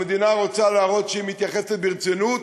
המדינה רוצה להראות שהיא מתייחסת ברצינות,